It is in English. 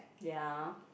ya